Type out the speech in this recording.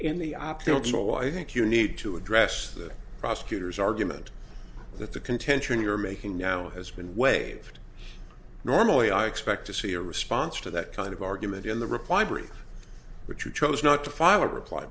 killjoy i think you need to address the prosecutor's argument that the contention you're making now has been waived normally i expect to see a response to that kind of argument in the reply brief but you chose not to file a reply